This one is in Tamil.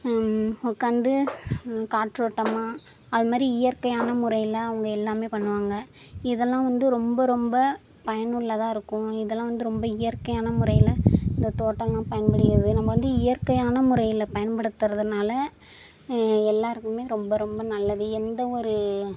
உட்காந்து காற்றோட்டமாக அது மாதிரி இயற்கையான முறையில் அவங்க எல்லாம் பண்ணுவாங்க இதெல்லாம் வந்து ரொம்ப ரொம்ப பயனுள்ளதாக இருக்கும் இதெல்லாம் வந்து ரொம்ப இயற்கையான முறையில் இந்த தோட்டம்லாம் பயன்படுகிறது நம்ம வந்து இயற்கையான முறையில் பயன்படுத்துறதுனால் எல்லோருக்குமே ரொம்ப ரொம்ப நல்லது எந்த ஒரு